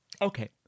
Okay